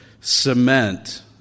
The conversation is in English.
cement